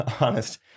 honest